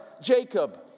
Jacob